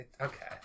Okay